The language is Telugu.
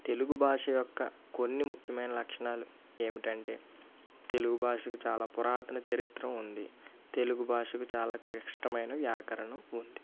తెలుగు భాష యొక్క కొన్ని ముఖ్యమైన లక్షణాలు ఏమిటంటే తెలుగు భాషకు చాలా పురాతన చరిత్ర ఉంది తెలుగు భాషకు చాలా క్లిష్టమైన వ్యాకరణం ఉంది